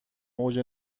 اوج